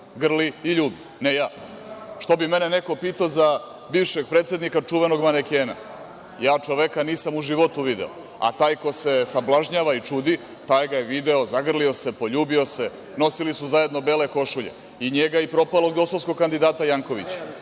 grli i ljubi, a ne ja. Što bi mene neko pitao za bivšeg predsednika, čuvenog manekena. Ja čoveka u životu nisam video. A taj ko se sablažnjava i čudu, taj ga je video, zagrlio se, poljubio se, nosili su zajedno bele košulje i njega i propalog dosovskog kandidata Jankovića